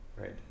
right